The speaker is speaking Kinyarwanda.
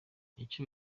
icyo